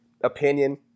opinion